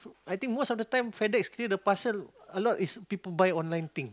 I think most of time Fedex clear the parcel a lot is people buy online thing